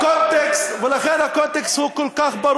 לכן הקונטקסט הוא ברור כל כך.